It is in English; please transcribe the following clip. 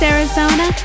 Arizona